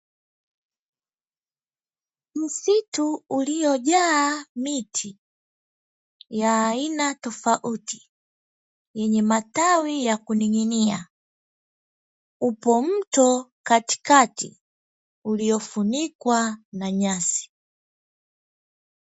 Msitu uliojaa miti na matawi ya kuning'inia kando yake upo mto uliofunikwa na nyasi